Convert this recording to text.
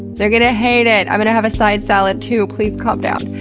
they're gonna hate it. i'm gonna have a side salad, too. please calm down.